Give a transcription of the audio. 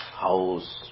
house